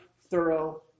thorough